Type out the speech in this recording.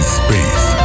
space